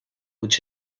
which